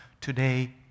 today